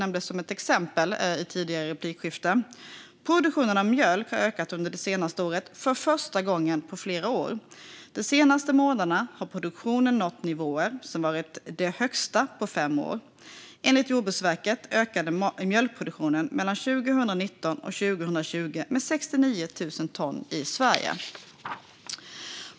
Produktionen av mjölk - återigen kopplat till djurhållning - har under det senaste året ökat för första gången på flera år. De senaste månaderna har produktionen nått nivåer som varit de högsta på fem år. Enligt Jordbruksverket ökade mjölkproduktionen i Sverige med 69 000 ton mellan 2019 och 2020.